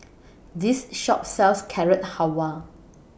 This Shop sells Carrot Halwa